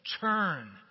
turn